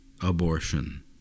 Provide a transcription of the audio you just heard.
abortion